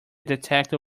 detector